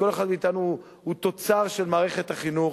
כל אחד מאתנו הוא תוצר של מערכת החינוך,